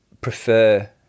prefer